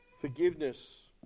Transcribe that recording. forgiveness